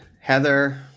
Heather